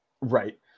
Right